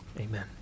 Amen